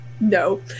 No